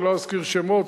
אני לא אזכיר שמות,